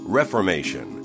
reformation